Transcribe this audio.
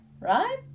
right